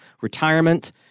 retirement